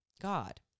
God